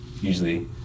Usually